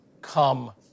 come